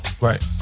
Right